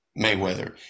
Mayweather